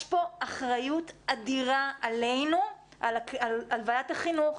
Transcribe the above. יש פה אחריות אדירה עלינו, על ועדת החינוך,